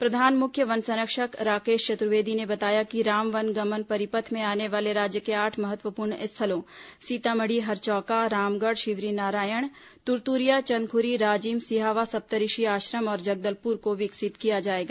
प्रधान मुख्य वन संरक्षक राकेश चतुर्वेदी ने बताया कि राम वन गमन परिपथ में आने वाले राज्य के आठ महत्वपूर्ण स्थलों सीतामढ़ी हरचौका रामगढ़ शिवरीनारायण तुरतुरिया चंदखुरी राजिम सिहावा सप्तऋषि आश्रम और जगदलपुर को विकसित किया जाएगा